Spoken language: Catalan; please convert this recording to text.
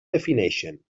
defineixen